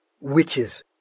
witches